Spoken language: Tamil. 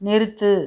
நிறுத்து